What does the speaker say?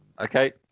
Okay